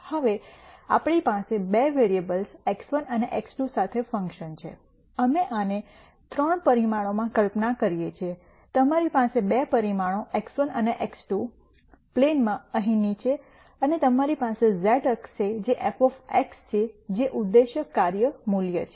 હવે આપણી પાસે બે વેરીએબલ્સ x1 અને x2 સાથે ફંકશન છે અમે આને 3 પરિમાણોમાં કલ્પના કરીએ છીએ તમારી પાસે બે પરિમાણો x1 છે અને x2 પ્લેનમાં અહીં નીચે અને તમારી પાસે z અક્ષો છે જે f છે જે ઉદ્દેશ્ય કાર્ય મૂલ્ય છે